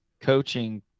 coaching